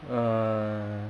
err